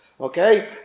Okay